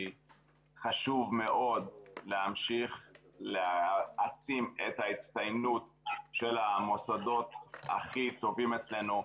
כי חשוב מאוד להמשיך להעצים את ההצטיינות של המוסדות הכי טובים אצלנו,